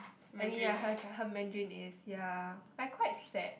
I mean ya her her Mandarin is ya like quite sad